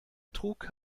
trug